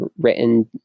written